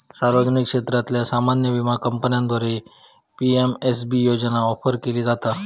सार्वजनिक क्षेत्रातल्यो सामान्य विमा कंपन्यांद्वारा पी.एम.एस.बी योजना ऑफर केली जाता